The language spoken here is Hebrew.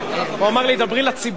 הוא אמר לי: דבר לציבור,